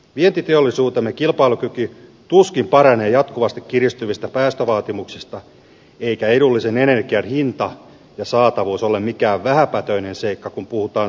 vientiteollisuutemme kilpailukyky tuskin paranee jatkuvasti kiristyvistä päästövaatimuksista eikä edullisen energian hinta ja saatavuus ole mikään vähäpätöinen seikka kun puhutaan suomen tulevaisuudesta